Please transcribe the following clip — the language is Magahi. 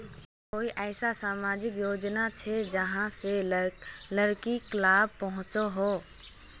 कोई ऐसा सामाजिक योजना छे जाहां से लड़किक लाभ पहुँचो हो?